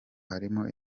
harimo